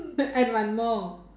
and one more